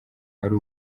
ari